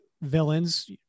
villains